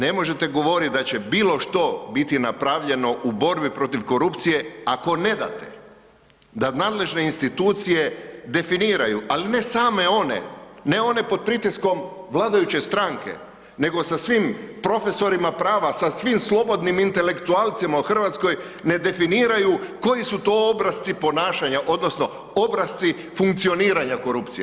Ne možete govoriti da će bilo što biti napravljeno u borbi protiv korupcije ako ne date da nadležne institucije definiraju, al ne same one, ne one pod pritiskom vladajuće stranke, nego sa svim profesorima prava, sa svim slobodnim intelektualcima u Hrvatskoj ne definiraju koji su to obrasci ponašanja odnosno obrasci funkcioniranja korupcije.